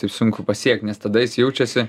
taip sunku pasiekt nes tada jis jaučiasi